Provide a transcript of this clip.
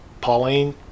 Pauline